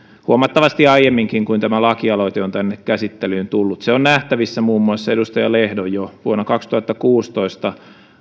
huomattavasti aiemminkin kuin tämä lakialoite on tänne käsittelyyn tullut se on nähtävissä muun muassa edustaja lehdon jo vuonna kaksituhattakuusitoista